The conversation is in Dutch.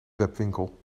webwinkel